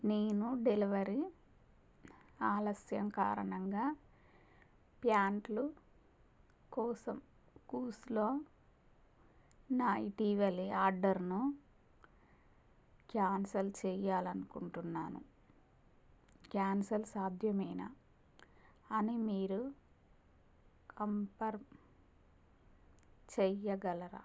నేను డెలవరీ ఆలస్యం కారణంగా ప్యాంట్లు కోసం కూవ్స్లో నా ఇటీవలి ఆర్డర్ను క్యాన్సిల్ చెయ్యాలనుకుంటున్నాను క్యాన్సిల్ సాధ్యమేనా అని మీరు కన్ఫర్మ్ చెయ్యగలరా